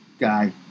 Guy